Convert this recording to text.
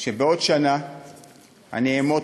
שבעוד שנה אני אעמוד